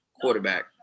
quarterback